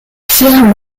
pierre